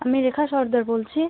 আমি রেখা সর্দার বলছি